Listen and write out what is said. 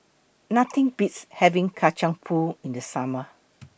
Nothing Beats having Kacang Pool in The Summer